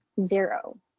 zero